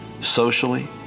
socially